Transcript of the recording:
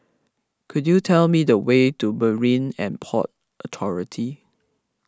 could you tell me the way to Marine and Port Authority